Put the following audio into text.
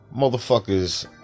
motherfuckers